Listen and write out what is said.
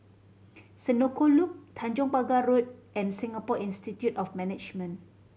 Senoko Loop Tanjong Pagar Road and Singapore Institute of Management